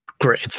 great